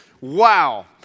Wow